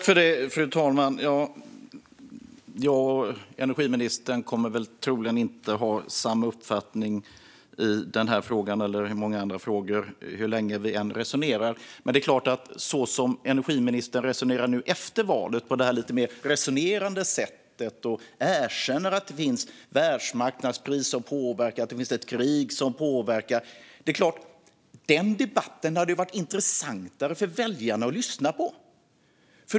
Fru talman! Jag och energiministern kommer väl troligen inte att ha samma uppfattning i den här frågan eller andra frågor hur länge vi än resonerar. Men det är klart att med energiministerns lite mer resonerande sätt nu efter valet, när hon erkänner att det finns ett världsmarknadspris och ett krig som påverkat, hade debatten varit intressantare för väljarna att lyssna på.